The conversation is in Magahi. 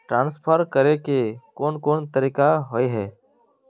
ट्रांसफर करे के कोन कोन तरीका होय है?